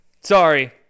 Sorry